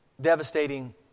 devastating